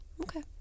Okay